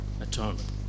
atonement